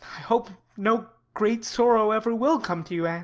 hope no great sorrow ever will come to you, anne,